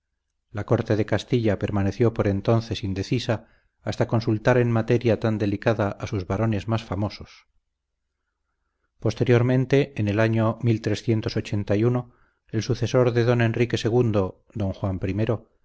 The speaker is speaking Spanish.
la corte de castilla permaneció por entonces indecisa hasta consultar en materia tan delicada a sus varones más famosos posteriormente en el año el sucesor de don enrique ii don juan